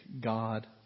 God